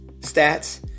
stats